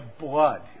blood